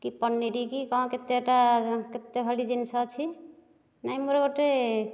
କି ପନିର କି କ'ଣ କେତେଟା କେତେଭଳି ଜିନିଷ ଅଛି ନାଇଁ ମୋର ଗୋଟିଏ